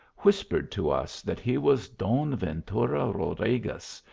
whispered to us that he was don ventura rodriguez,